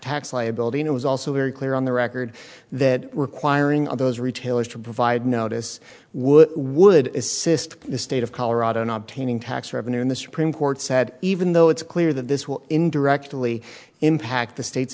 tax liability and it was also very clear on the record that requiring all those retailers to provide notice would would assist the state of colorado not taining tax revenue in the supreme court said even though it's clear that this will indirectly impact the state